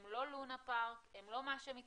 הם לא לונה-פארק, הם לא מה שמתכוון